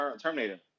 Terminator